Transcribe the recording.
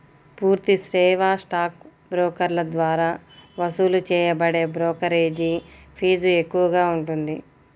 పూర్తి సేవా స్టాక్ బ్రోకర్ల ద్వారా వసూలు చేయబడే బ్రోకరేజీ ఫీజు ఎక్కువగా ఉంటుంది